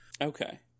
Okay